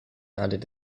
added